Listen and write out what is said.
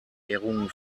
ehrungen